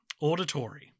auditory